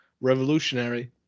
Revolutionary